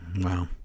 Wow